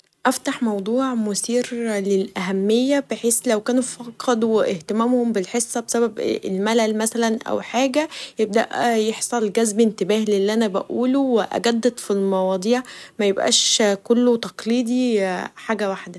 افتح موضوع مثير للاهميه بحيث لو كانو فقدوا اهتمامهم بالحصه بسبب ملل مثلا او حاجه يبداً يحصل جذب انتباه للي أنا بقولو و اجدد في المواضيع ميبقاش كله تقليدي حاجه واحده.